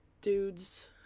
dudes